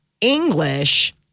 English